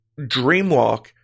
dreamwalk